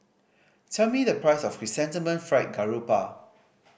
tell me the price of Chrysanthemum Fried Garoupa